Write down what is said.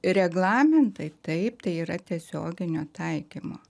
reglamentai taip tai yra tiesioginio taikymo